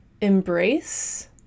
embrace